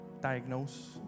diagnose